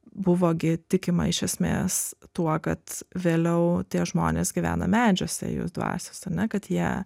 buvo gi tikima iš esmės tuo kad vėliau tie žmonės gyvena medžiuose jų dvasios ar ne kad jie